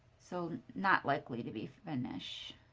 so not likely to be finnish.